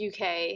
UK